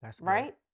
right